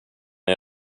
när